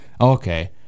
Okay